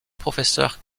professeur